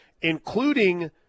including